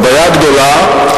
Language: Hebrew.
הבעיה הגדולה היא,